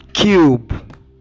cube